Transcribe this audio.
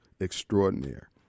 extraordinaire